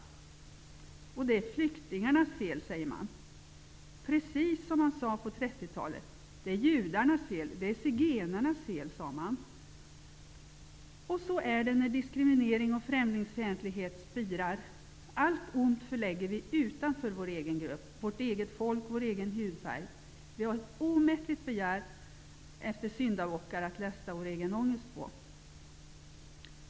Det är flyktingarnas fel, säger man. Precis så sade man på 30-talet. Det är judarnas och zigenarnas fel, sade man. Så är det när diskriminering och främlingsfientlighet spirar. Allt ont förlägger vi utanför vår egen grupp, vårt eget folk och vår egen hudfärg. Vi har ett omättligt begär efter att finna syndabockar att lasta vår egen ångest på.